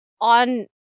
on